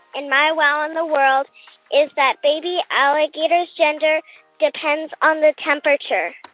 and my wow in the world is that baby alligators' gender depends on the temperature